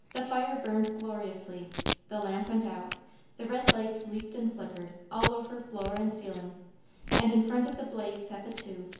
the fire burned gloriously the lamp went out the red lights leaped and flickered all over floor and ceiling and in front of the blaze sat the two,